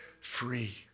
free